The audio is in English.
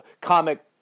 comic